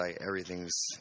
everything's